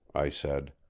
i said.